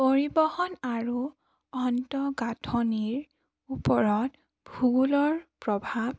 পৰিবহণ আৰু অন্তঃগাঁথনিৰ ওপৰত ভূগোলৰ প্ৰভাৱ